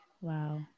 Wow